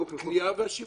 הקנייה והשיווק.